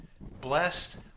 Blessed